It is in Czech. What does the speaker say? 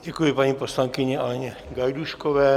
Děkuji paní poslankyni Aleně Gajdůškové.